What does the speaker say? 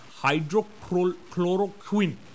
hydrochloroquine